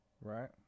Right